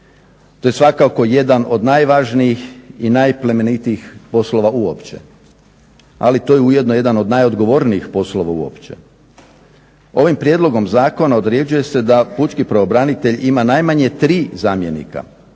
To je svakako jedan od najvažnijih i najplemenitijih poslova uopće, ali to je ujedno jedan od najodgovornijih poslova uopće. Ovim prijedlogom zakona određuje se da pučki pravobranitelj ima najmanje tri zamjenika,